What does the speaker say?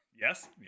Yes